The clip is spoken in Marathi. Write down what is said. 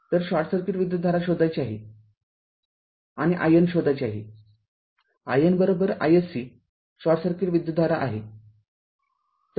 तरशॉर्ट सर्किट विद्युतधारा शोधायची आहे RN आणि IN शोधायचे आहे IN iSC शॉर्ट सर्किट विद्युतधारा आहे